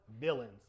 villains